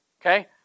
Okay